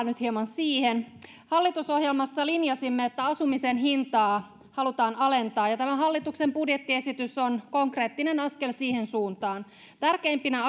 nyt hieman siihen hallitusohjelmassa linjasimme että asumisen hintaa halutaan alentaa ja tämä hallituksen budjettiesitys on konkreettinen askel siihen suuntaan tärkeimpinä